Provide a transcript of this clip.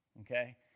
okay